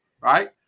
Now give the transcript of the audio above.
right